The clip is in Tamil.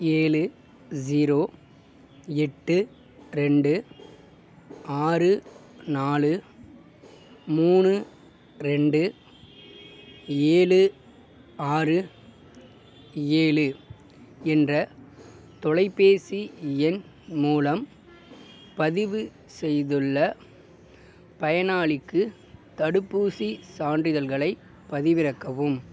ஏழு ஜீரோ எட்டு ரெண்டு ஆறு நாலு மூணு ரெண்டு ஏழு ஆறு ஏழு என்ற தொலைபேசி எண் மூலம் பதிவு செய்துள்ள பயனாளிக்கு தடுப்பூசிச் சான்றிதழ்களைப் பதிவிறக்கவும்